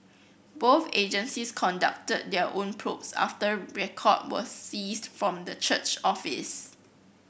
both agencies conducted their own probes after record were seized from the church office